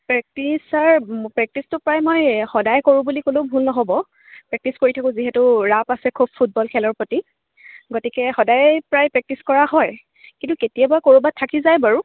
practice sir প্ৰেকটিচটো sir মই সদায় কৰোঁ বুলি ক'লেও ভুল নহ'ব প্ৰেকটিচ কৰি থাকোঁ যিহেতু ৰাপ আছে খুব ফুটবল খেলৰ প্ৰতি গতিকে সদায় প্ৰায় প্ৰেকটিচ কৰা হয় কিন্তু কেতিয়াবা ক'ৰবাত থাকি যায় বাৰু